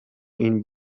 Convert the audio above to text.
این